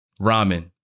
ramen